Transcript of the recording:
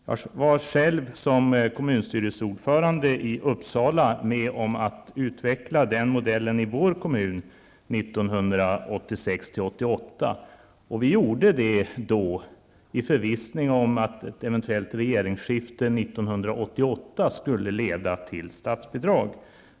Jag var själv som kommunstyrelseordförande i Uppsala med om att utveckla den modellen i vår kommun 1986--1988, och vi gjorde det då i förvissning om att ett eventuellt regeringsskifte 1988 skulle leda till statsbidrag.